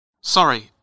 Sorry